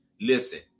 Listen